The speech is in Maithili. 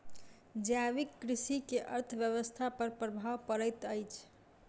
जैविक कृषि के अर्थव्यवस्था पर प्रभाव पड़ैत अछि